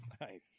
Nice